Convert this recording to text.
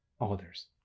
others